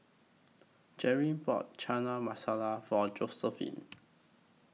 Jerilyn bought Chana Masala For Josiephine